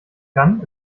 kann